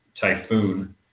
typhoon